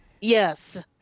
Yes